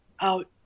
out